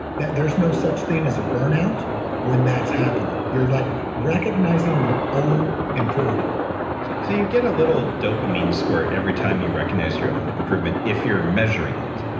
there's no such thing as burnout when that's happening, you're like recognizing your own improvement so so you get a little dopamine squirt every time you recognize your own improvement if you're measuring it,